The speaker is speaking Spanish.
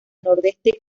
nordeste